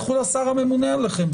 לכו לשר המונה עליכם.